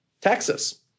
Texas